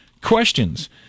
questions